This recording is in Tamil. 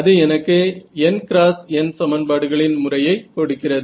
அது எனக்கு nxn சமன்பாடுகளின் முறையை கொடுக்கிறது